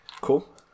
Cool